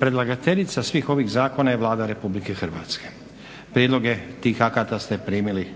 Predlagateljica svih ovih Zakona je Vlada Republike Hrvatske. Prijedloge tih akata ste primili.